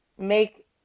make